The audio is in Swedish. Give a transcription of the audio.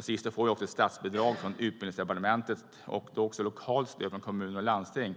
Sisu får också ett statsbidrag från Utbildningsdepartementet och ett lokalt stöd från kommuner och landsting.